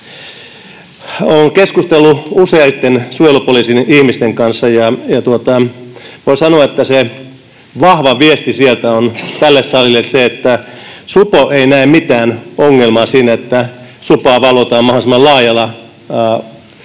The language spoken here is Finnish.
Olen keskustellut useitten suojelupoliisin ihmisten kanssa ja voin sanoa, että vahva viesti sieltä tälle salille on se, että supo ei näe mitään ongelmaa siinä, että supoa valvotaan mahdollisimman laajalla pensselillä